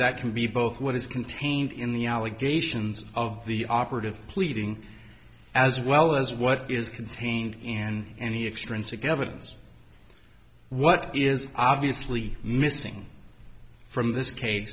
that can be both what is contained in the allegations of the operative pleading as well as what is contained and any extrinsic evidence what is obviously missing from this case